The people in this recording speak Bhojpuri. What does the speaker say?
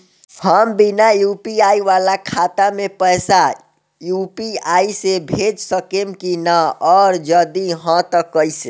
हम बिना यू.पी.आई वाला खाता मे पैसा यू.पी.आई से भेज सकेम की ना और जदि हाँ त कईसे?